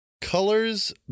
colors